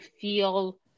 feel